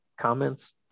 comments